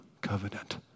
covenant